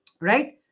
right